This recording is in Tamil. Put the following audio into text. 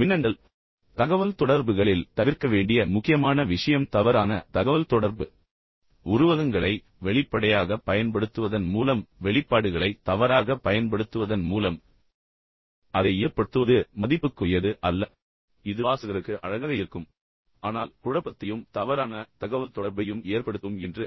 மின்னஞ்சல் தகவல்தொடர்புகளில் நீங்கள் தவிர்க்க வேண்டிய மிக முக்கியமான விஷயம் தவறான தகவல்தொடர்பு உருவகங்களை வெளிப்படையாகப் பயன்படுத்துவதன் மூலம் வெளிப்பாடுகளை தவறாகப் பயன்படுத்துவதன் மூலம் அதை ஏற்படுத்துவது மதிப்புக்குரியது அல்ல இது வாசகருக்கு அழகாக இருக்கும் ஆனால் உண்மையில் குழப்பத்தையும் தவறான தகவல்தொடர்பையும் ஏற்படுத்தும் என்று